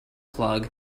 plug